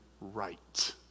right